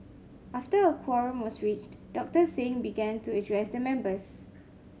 after a quorum was reached Doctor Singh began to address the members